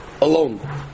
alone